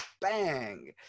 bang